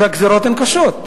והגזירות הן קשות.